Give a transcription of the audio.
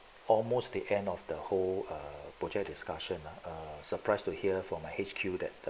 almost the end of the whole err project discussion uh surprised to hear from H_Q that the